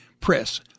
Press